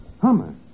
Hummer